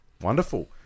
Wonderful